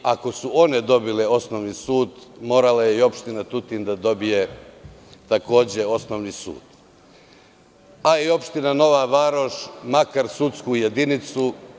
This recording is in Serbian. Ako su one dobile osnovni sud, morala je i opština Tutin da dobije takođe osnovni sud, kao i opština Nova Varoš, makar sudsku jedinicu.